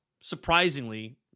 surprisingly